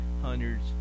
hundreds